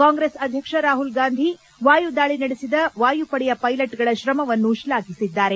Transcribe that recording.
ಕಾಂಗ್ರೆಸ್ ಅಧ್ಯಕ್ಷ ರಾಹುಲ್ ಗಾಂಧಿ ವಾಯು ದಾಳ ನಡೆಸಿದ ವಾಯುಪಡೆಯ ಪೈಲೆಟ್ಗಳ ಶ್ರಮವನ್ನು ಶ್ಲಾಘಿಸಿದ್ದಾರೆ